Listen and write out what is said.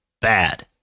bad